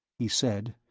he said,